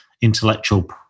intellectual